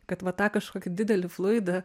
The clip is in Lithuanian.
kad va tą kažkokį didelį fluidą